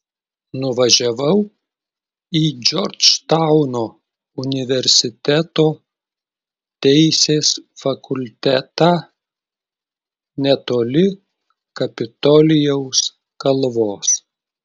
nuvažiavau į džordžtauno universiteto teisės fakultetą netoli kapitolijaus kalvos